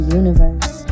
universe